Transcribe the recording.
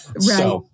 Right